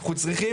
פה,